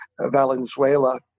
Valenzuela